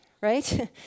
right